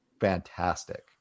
fantastic